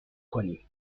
کنیم